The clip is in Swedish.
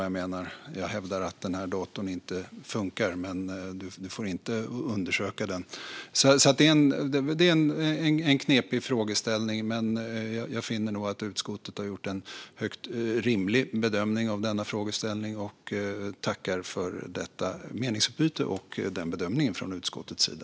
En konsument kan hävda att datorn inte funkar, men näringsidkaren får inte undersöka den. Detta är en knepig frågeställning, men jag finner nog att utskottet har gjort en högst rimlig bedömning av denna frågeställning. Jag tackar för detta meningsutbyte och för bedömningen från utskottets sida.